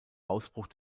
ausbruch